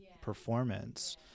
performance